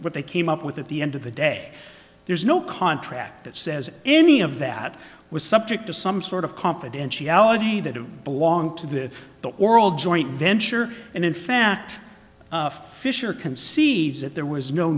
what they came up with at the end of the day there's no contract that says any of that was subject to some sort of confidentiality that belonged to the oral joint venture and in fact fisher concedes that there was no